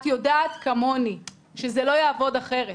את יודעת כמוני שזה לא יעבוד אחרת,